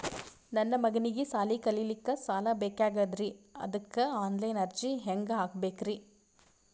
ನನ್ನ ಮಗನಿಗಿ ಸಾಲಿ ಕಲಿಲಕ್ಕ ಸಾಲ ಬೇಕಾಗ್ಯದ್ರಿ ಅದಕ್ಕ ಆನ್ ಲೈನ್ ಅರ್ಜಿ ಹೆಂಗ ಹಾಕಬೇಕ್ರಿ?